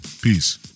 peace